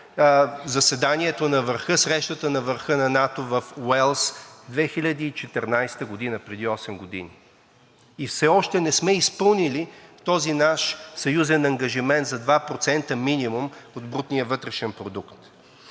на страната още от Срещата на върха на НАТО в Уелс през 2014 г., преди осем години, и все още не сме изпълнили този наш съюзен ангажимент за 2% минимум от брутния вътрешен продукт.